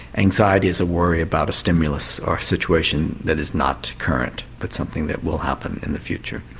anxiety is a worry about a stimulus or situation that is not current but something that will happen in the future.